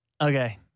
Okay